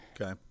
Okay